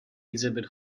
exhibit